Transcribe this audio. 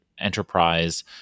enterprise